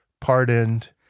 pardoned